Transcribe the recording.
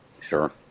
Sure